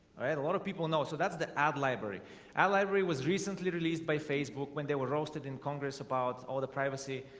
alright a lot of people know so that's the ad library a library was recently released by facebook when they were roasted in congress about all the privacy